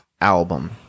album